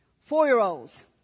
four-year-olds